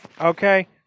Okay